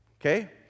okay